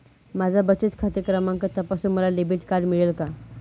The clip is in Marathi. माझा बचत खाते क्रमांक तपासून मला डेबिट कार्ड मिळेल का?